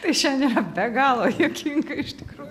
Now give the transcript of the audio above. tai šiandien yra be galo juokinga iš tikrųjų